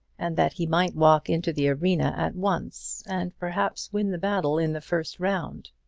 and that he might walk into the arena at once, and perhaps win the battle in the first round.